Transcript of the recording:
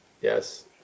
yes